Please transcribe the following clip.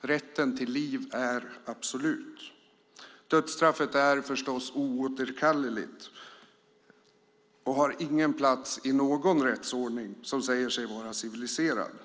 Rätten till liv är absolut. Dödsstraffet är förstås oåterkalleligt och har ingen plats i någon rättsordning som säger sig vara civiliserad.